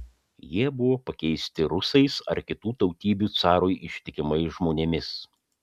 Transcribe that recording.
jie buvo pakeisti rusais ar kitų tautybių carui ištikimais žmonėmis